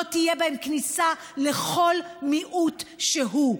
לא תהיה בהן כניסה לכל מיעוט שהוא.